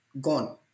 gone